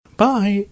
bye